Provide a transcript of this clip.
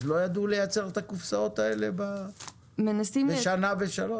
אז לא ידעו לייצר את הקופסאות האלה בשנה ושלושה?